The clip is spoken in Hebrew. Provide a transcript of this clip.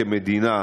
כמדינה,